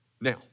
Now